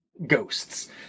ghosts